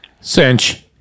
cinch